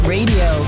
Radio